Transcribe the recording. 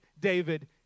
David